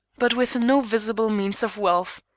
but with no visible means of wealth.